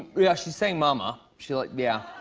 yeah she's saying mama. she like yeah.